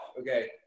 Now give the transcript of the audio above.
Okay